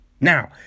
Now